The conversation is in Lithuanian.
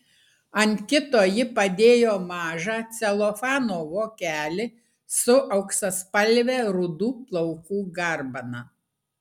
ant kito ji padėjo mažą celofano vokelį su auksaspalve rudų plaukų garbana